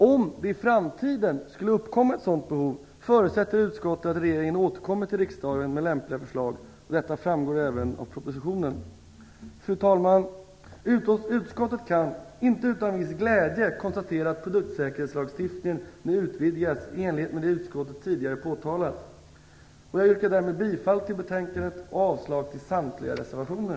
Om det i framtiden skulle uppkomma ett sådant behov förutsätter utskottet att regeringen återkommer till riksdagen med lämpliga förslag. Detta framgår även av propositionen. Fru talman! Utskottet kan, inte utan viss glädje, konstatera att produktsäkerhetslagstiftningen nu utvidgas i enlighet med det utskottet tidigare påtalat. Jag yrkar därmed bifall till hemställan i betänkandet och avslag till samtliga reservationer.